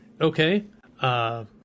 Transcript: okay